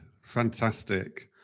Fantastic